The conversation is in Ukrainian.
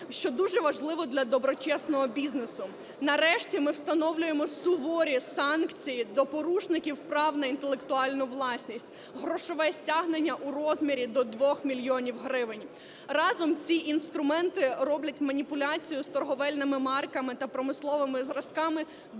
що дуже важливо для доброчесного бізнесу. Нарешті, ми встановлюємо суворі санкції до порушників прав на інтелектуальну власність, грошове стягнення у розмірі до 2 мільйонів гривень. Разом ці інструменти роблять маніпуляцію з торговельними марками та промисловими зразками